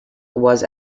was